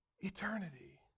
eternity